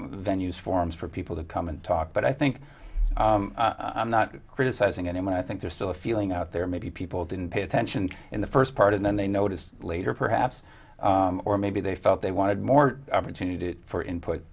venues forums for people to come and talk but i think i'm not criticizing anyone i think there's still a feeling out there maybe people didn't pay attention in the first part and then they noticed later perhaps or maybe they felt they wanted more opportunity for input